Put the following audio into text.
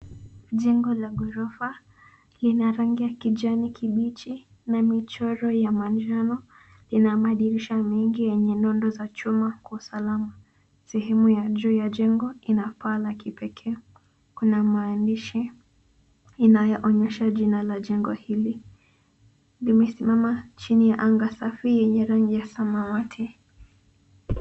Jengo la ghorofa lina rangi ya kijani kibichi na michoro ya manjano. Lina madirisha mengi yenye nondo za chuma Kwa usalama. Sehemu ya juu ya jengo ina paa la kipekee. Kuna maandishi yanayoonyesha jina la jengo hili. Limesimama chini ya anga safi lenye rangi ya samawati.